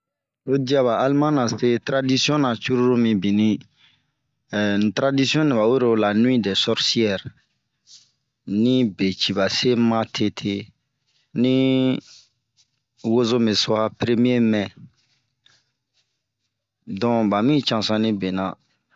Oyi dia ba alman ra see ,taradisiɔn ra cururu minbini, ɛh li taradisiɔn nɛ ba wero la nuwi dɛ sɔrsiɛre ,din be cii ba se matete ,li wozomɛ so a peremiɛ mɛɛ. Don ba mi cansan din bena.